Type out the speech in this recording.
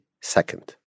second